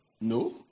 No